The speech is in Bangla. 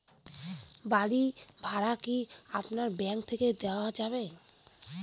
বাড়ী ভাড়া কি আপনার ব্যাঙ্ক থেকে দেওয়া যাবে?